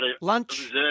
Lunch